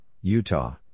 Utah